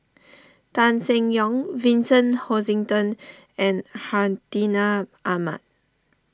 Tan Seng Yong Vincent Hoisington and Hartinah Ahmad